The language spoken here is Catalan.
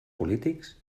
polítics